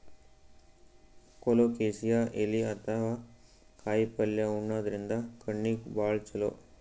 colocasia ಎಲಿ ಅಥವಾ ಕಾಯಿಪಲ್ಯ ಉಣಾದ್ರಿನ್ದ ಕಣ್ಣಿಗ್ ಭಾಳ್ ಛಲೋ